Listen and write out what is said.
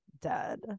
dead